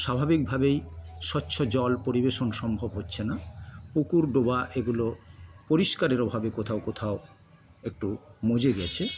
স্বাভাবিকভাবেই স্বচ্ছ জল পরিবেশন সম্ভব হচ্ছে না পুকুর ডোবা এগুলো পরিষ্কারের অভাবে কোথাও কোথাও একটু মজে গেছে